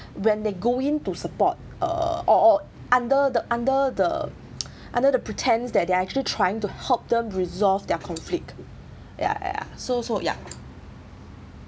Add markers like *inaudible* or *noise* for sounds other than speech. *breath* when they go into support uh or under the under the *breath* under the pretends that they're actually trying to help them resolve their conflict ya ya so so ya